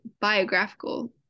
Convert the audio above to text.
biographical